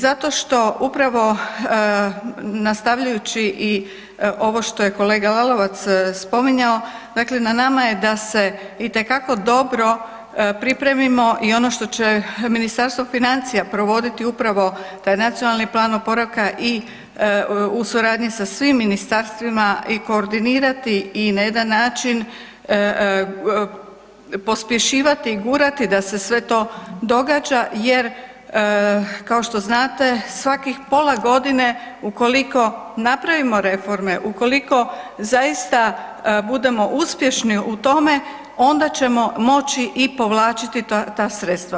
Zato što upravo nastavljajući i ovo što je kolega Lalovac spominjao, dakle na nama je da se itekako dobro pripremimo i ono što će Ministarstvo financija provoditi je upravo taj NPO i suradnji sa svim ministarstvima i koordinirati i na jedna način pospješivati i gurati da sve to događa jer kao što znate, svakih pola godine, ukoliko napravimo reforme, ukoliko zaista budemo uspješni u tome, onda ćemo moći i povlačiti ta sredstva.